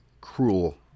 cruel